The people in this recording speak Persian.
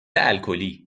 الکلی